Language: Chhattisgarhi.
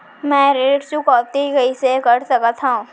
मैं ऋण चुकौती कइसे कर सकथव?